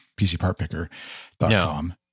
PCPartPicker.com